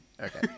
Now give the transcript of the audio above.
okay